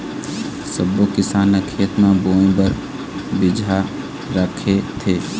सब्बो किसान ह खेत म बोए बर बिजहा राखथे